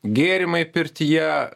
gėrimai pirtyje